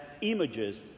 images